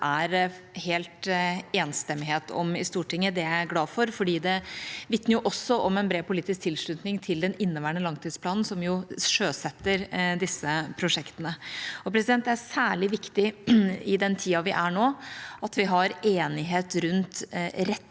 det er helt enstemmighet om i Stortinget. Det er jeg glad for, for det vitner også om en bred politisk tilslutning til den inneværende langtidsplanen som sjøsetter disse prosjektene. Det er særlig viktig i den tida vi er i nå at vi har enighet rundt retningen